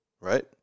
Right